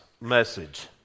message